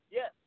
Yes